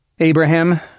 Abraham